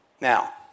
Now